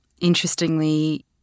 interestingly